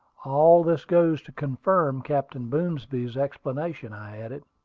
all this goes to confirm captain boomsby's explanation, i added.